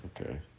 Okay